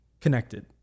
connected